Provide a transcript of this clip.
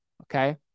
Okay